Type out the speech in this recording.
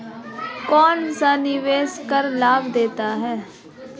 कौनसा निवेश कर लाभ देता है?